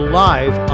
live